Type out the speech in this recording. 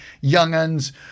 young'uns